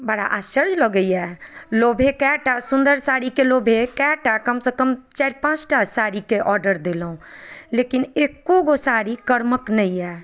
बड़ा आश्चर्य लागैए लोभे कए टा सुन्दर साड़ीके लोभे कए टा कमसँ कम चारि पाँच टा साड़ीके ऑर्डर देलहुँ लेकिन एक्कोगो साड़ी कर्मक नहि आयल